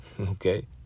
Okay